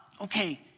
okay